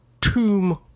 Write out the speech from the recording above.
tomb